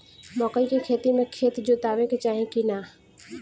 मकई के खेती मे खेत जोतावे के चाही किना?